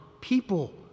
people